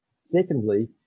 Secondly